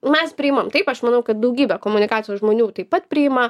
mes priimam taip aš manau kad daugybė komunikacijos žmonių taip pat priima